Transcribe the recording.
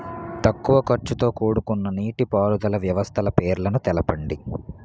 తక్కువ ఖర్చుతో కూడుకున్న నీటిపారుదల వ్యవస్థల పేర్లను తెలపండి?